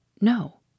No